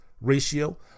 ratio